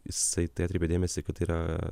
jisai į tai atkreipė dėmesį kad tai yra